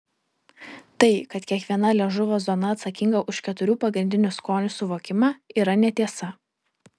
tai kad kiekviena liežuvio zona atsakinga už keturių pagrindinių skonių suvokimą yra netiesa